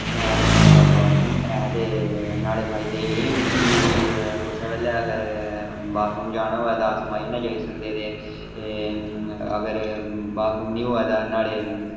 महाराज साढ़े घर बाथरूम ऐ ते नुहाड़े फायदे एह् न कि कुसै बेल्लै अगर बाथरूम जाना होऐ तां अस मजे कन्नै जाई सकदे अगर बाथरूम नेईं होऐ तां नुहाड़े